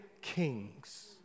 kings